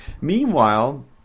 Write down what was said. Meanwhile